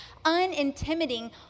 unintimidating